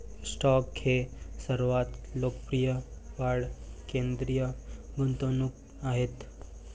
stock हे सर्वात लोकप्रिय वाढ केंद्रित गुंतवणूक आहेत